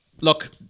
Look